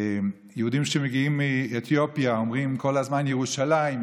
יהודים שמגיעים מאתיופיה אומרים כל הזמן: ירושלים,